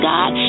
God